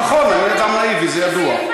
נכון, אני גם נאיבי, זה ידוע.